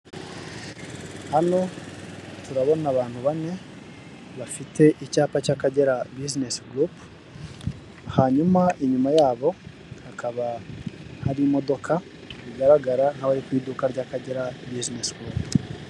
Hano turabona abantu bane bafite icyapa cy'akagera bizinesi gurupe hanyuma inyuma yabo hakaba hari imodoka bigaragara nk'aho ari ku iduka ry'akagera bizinesi gurupe.